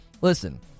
listen